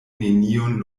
neniun